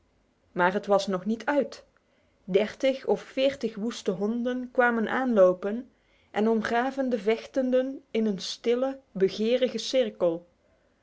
maar het was nog niet uit dertig of veertig woeste honden kwamen aanlopen en omgaven de vechtenden in een stille begerige cirkel